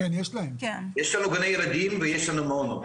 יש לנו גני ילדים ויש לנו מעונות.